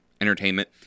entertainment